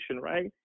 right